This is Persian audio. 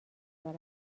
دارم